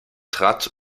trat